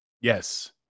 Yes